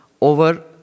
over